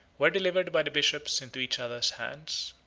were delivered by the bishops into each other's hands.